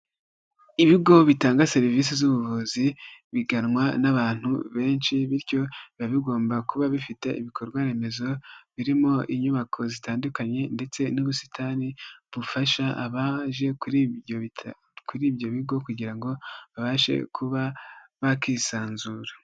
Ibigo bitanga serivisi z'ubuvuzi biganwa n'abantu benshi bityo biba bigomba kuba bifite ibikorwa remezo, birimo inyubako zitandukanye ndetse n'ubusitani bufasha abaje kuri ibyo bigo kugira ngo babashe kuba bakisanzura.